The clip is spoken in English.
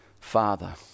Father